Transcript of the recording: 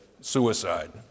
suicide